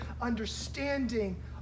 understanding